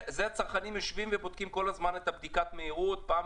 הצרכנים יושבים ובודקים כל הזמן את בדיקת המהירות.